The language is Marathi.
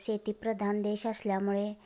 शेतीप्रधान देश असल्यामुळे